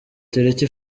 tariki